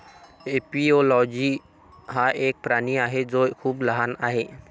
एपिओलोजी हा एक प्राणी आहे जो खूप लहान आहे